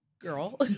girl